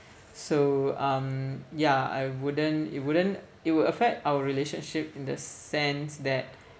so um yeah I wouldn't it wouldn't it would affect our relationship in the sense that